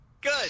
Good